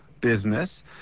business